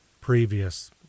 previous